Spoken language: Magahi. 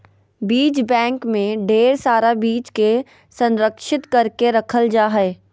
बीज बैंक मे ढेर सारा बीज के संरक्षित करके रखल जा हय